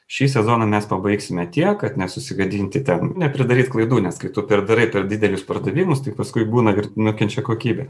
šį sezoną mes pabaigsime tiek kad nesusigadinti ten nepridaryt klaidų nes kai tu per darai per didelius pardavimus tai paskui būna ir nukenčia kokybė